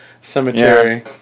cemetery